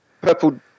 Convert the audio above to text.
Purple